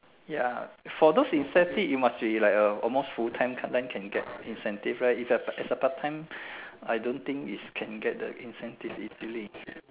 ya for those incentive you must be like a almost full time sometime can get incentive right is a is a part time I don't think is can get the incentive easily